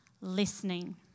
listening